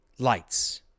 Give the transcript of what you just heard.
Lights